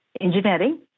engineering